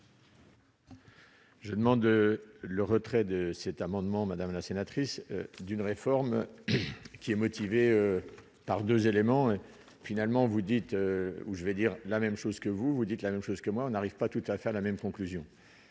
Je demande le retrait de cet amendement, madame la sénatrice d'une réforme qui est motivée par 2 éléments, finalement vous dites où je vais dire la même chose que vous vous dites la même chose que moi, on n'arrive pas tout à fait à la même conclusion